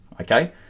okay